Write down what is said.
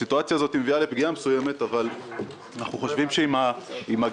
הסיטואציה הזאת מביאה לפגיעה מסוימת אבל אנחנו חושבים שעם הגישה